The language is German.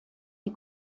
die